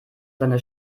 seine